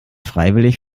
freiwillig